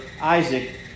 Isaac